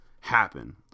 happen